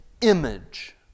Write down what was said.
image